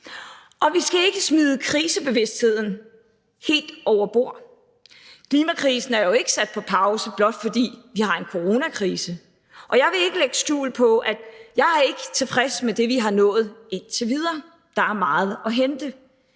Vi skal ikke smide krisebevidstheden helt over bord. Klimakrisen er jo ikke sat på pause, blot fordi vi har en coronakrise, og jeg vil ikke lægge skjul på, at jeg ikke er tilfreds med det, vi indtil videre har nået. Der er meget at indhente.